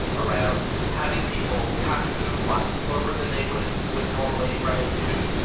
around having people have to move a lot slower than they would would normally run into,